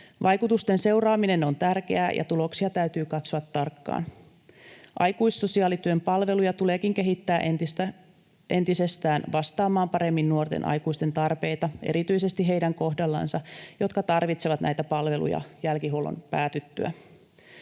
Vaikutusten seuraaminen on tärkeää, ja tuloksia täytyy katsoa tarkkaan. Aikuissosiaalityön palveluja tuleekin kehittää entisestään vastaamaan paremmin nuorten aikuisten tarpeita erityisesti heidän kohdallansa, jotka tarvitsevat näitä palveluja jälkihuollon päätyttyä.